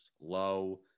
Low